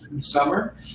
summer